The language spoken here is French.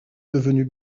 devenus